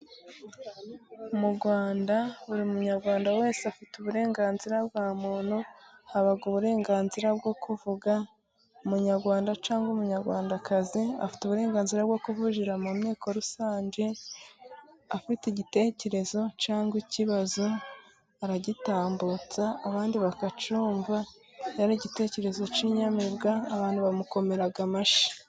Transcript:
Mu rwanda buri munyarwanda wese afite uburenganzira bwa muntu, haba uburenganzira bwo kuvuga, umunyarwanda cyangwa umunyarwandakazi afite uburenganzira bwo ku kuvugira mu nteko rusange, afite igitekerezo cyangwa ikibazo aragitambutsa abandi bakacyumva iyo ari igitekerezo cy'inyamibwa abantu bamukomera amashyi.